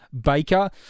Baker